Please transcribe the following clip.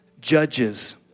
judges